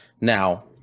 Now